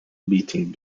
beating